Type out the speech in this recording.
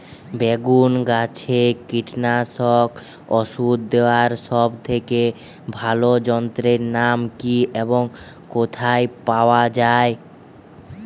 বেগুন গাছে কীটনাশক ওষুধ দেওয়ার সব থেকে ভালো যন্ত্রের নাম কি এবং কোথায় পাওয়া যায়?